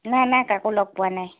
নাই নাই কাকো লগ পোৱা নাই